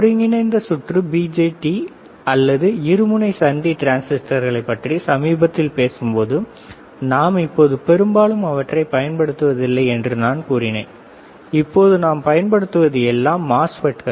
ஒருங்கிணைந்த சுற்று பிஜேடிகள் அல்லது இருமுனை சந்தி டிரான்சிஸ்டர்களைப் பற்றி சமீபத்தில் பேசும்போது நாம் இப்போது பெரும்பாலும் அவற்றை பயன்படுத்துவது இல்லை என்று நான் கூறினேன் இப்பொழுது நாம் பயன்படுத்துவது எல்லாம் MOSFETகள்